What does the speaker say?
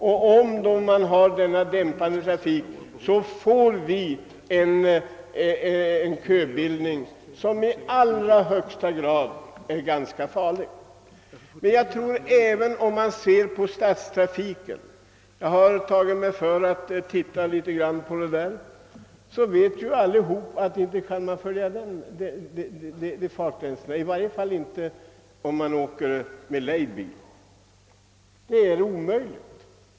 Om vi skall ha denna dämpade trafikhastighet, får vi en köbildning som i allra högsta grad är farlig. Kör man bil i stadstrafik — jag har studerat den en smula — vet alla att man inte kan följa fartgränserna, i varje fall inte om man åker med lejd bil; det är omöjligt.